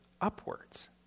upwards